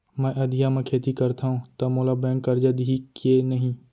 मैं अधिया म खेती करथंव त मोला बैंक करजा दिही के नही?